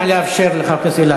נא לאפשר לחבר הכנסת אילטוב.